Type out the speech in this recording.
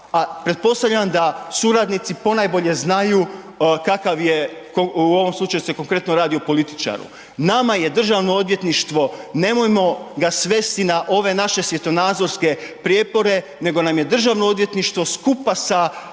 pretpostavljam da suradnici ponajbolje znaju kakav je u ovom slučaju se konkretno radi, o političaru. Nama je DORH, nemojmo ga svesti na ove naše svjetonazorske prijepore, nego nam je DORH skupa sa sudom